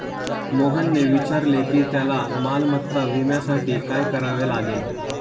मोहनने विचारले की त्याला मालमत्ता विम्यासाठी काय करावे लागेल?